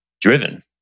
driven